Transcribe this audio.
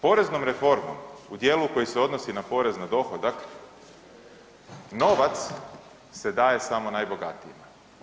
Poreznom reformom u dijelu koji se odnosi na porez na dohodak novac se daje samo najbogatijima.